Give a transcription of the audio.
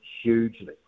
hugely